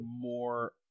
more